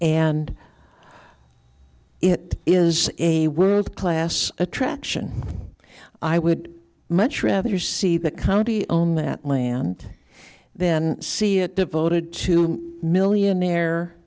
and it is a world class attraction i would much rather see the county own that land then see it devoted to millionaire